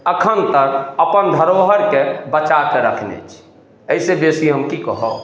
अखन तक अपन धरोहरके बचा कऽ रखने छी एहि सऽ बेसी हम की कहब